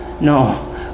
No